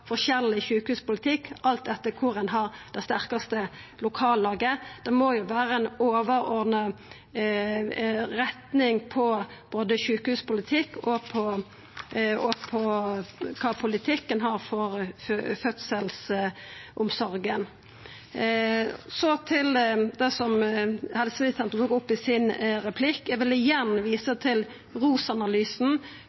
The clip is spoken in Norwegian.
forskjellig sjukehuspolitikk alt etter kor ein har det sterkaste lokallaget, det må vera ei overordna retning på sjukehuspolitikk og på kva politikk ein har for fødselsomsorga. Så til det som helseministeren tok opp i replikksvaret sitt. Eg vil igjen visa